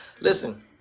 listen